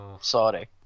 sorry